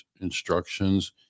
instructions